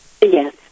Yes